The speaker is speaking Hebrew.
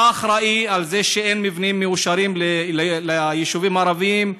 אתה אחראי לזה שאין מבנים מאושרים ליישובים הערביים,